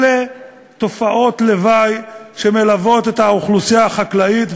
אלה תופעות לוואי שמלוות את האוכלוסייה החקלאית.